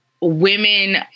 women